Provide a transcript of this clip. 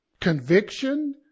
Conviction